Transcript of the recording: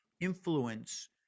influence